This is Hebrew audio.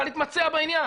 צריכה להתמקצע בעניין,